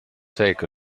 take